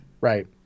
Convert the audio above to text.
right